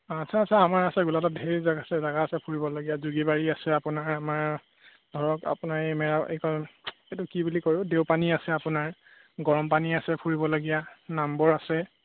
আচ্ছা আচ্ছা আমাৰ আছে গোলাঘাটত ধেৰ জে আছে জেগা আছে ফুৰিবলগীয়া যুগিবাৰী আছে আপোনাৰ আমাৰ ধৰক আপোনাৰ এই মেৰা এইকণ এইটো কি বুলি কয় অ' দেওপানী আছে আপোনাৰ গৰমপানী আছে ফুৰিবলগীয়া নামবৰ আছে